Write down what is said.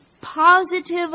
positive